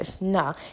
No